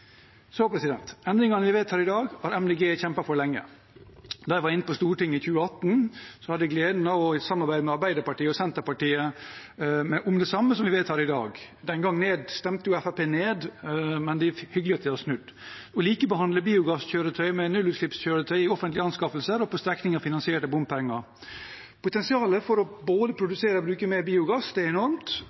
Endringene vi vedtar i dag, har Miljøpartiet De Grønne kjempet for lenge. Da jeg var inne på Stortinget i 2018, hadde jeg gleden av å samarbeide med Arbeiderpartiet og Senterpartiet om det samme som vi vedtar i dag – den gang stemte Fremskrittspartiet det ned, men det er hyggelig at de har snudd – nemlig å likebehandle biogasskjøretøy med nullutslippskjøretøy i offentlige anskaffelser og på strekninger finansiert av bompenger. Potensialet for både å produsere og bruke mer biogass er enormt,